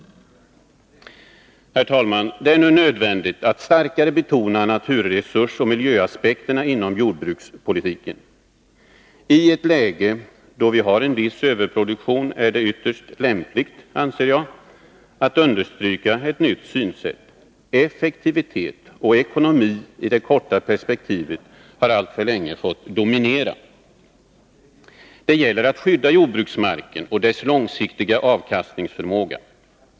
Herr talman! Det är nu nödvändigt att starkare betona naturresursoch miljöaspekterna inom jordbrukspolitiken. I ett läge då vi har en viss överproduktion anser jag det vara ytterst lämpligt att understryka ett nytt synsätt. Effektivitet och ekonomi i det korta perspektivet har alltför länge fått dominera. Det gäller att skydda jordbruksmarken och dess långsiktiga avkastningsförmåga.